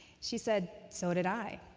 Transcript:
she said, so did i.